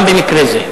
גם במקרה זה.